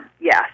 yes